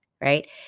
right